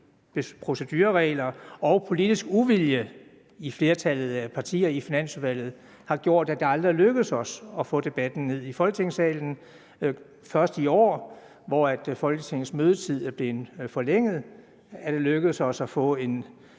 procedureregler og politisk uvilje i flertallet af partier i Finansudvalget har gjort, at det aldrig er lykkedes os. Først i år, hvor Folketingets mødeperiode er blevet forlænget, er det lykkedes os at få en